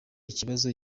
ikibazo